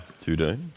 today